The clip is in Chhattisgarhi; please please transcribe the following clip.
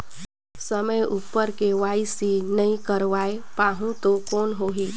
समय उपर के.वाई.सी नइ करवाय पाहुं तो कौन होही?